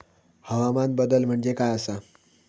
हवामान बदल म्हणजे काय आसा?